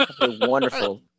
Wonderful